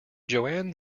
joan